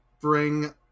bring